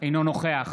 אינו נוכח